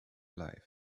life